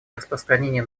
распространения